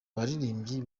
baririmbyi